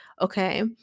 okay